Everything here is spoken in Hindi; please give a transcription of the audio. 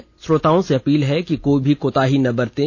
इसलिए सभी श्रोताओं से अपील है कि कोई भी कोताही ना बरतें